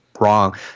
wrong